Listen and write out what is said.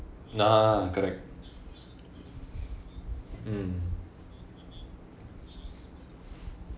நா:naa correct